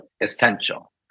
essential